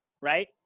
right